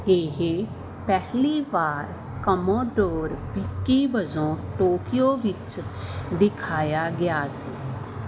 ਇਹ ਪਹਿਲੀ ਵਾਰ ਕਮੋਡੋਰ ਵਿੱਕੀ ਵਜੋਂ ਟੋਕੀਓ ਵਿੱਚ ਦਿਖਾਇਆ ਗਿਆ ਸੀ